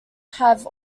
have